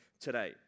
today